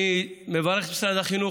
אני מברך את משרד החינוך,